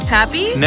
happy